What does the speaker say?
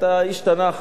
אתה איש תנ"ך,